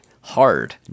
hard